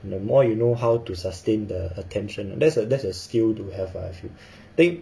the more you know how to sustain the attention that's a that's a skill to have I should think